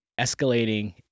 escalating